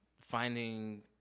finding